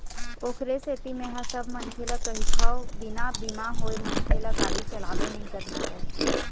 ओखरे सेती मेंहा सब मनखे ल कहिथव बिना बीमा होय मनखे ल गाड़ी चलाबे नइ करना चाही